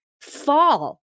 fall